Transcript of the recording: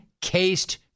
cased